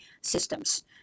systems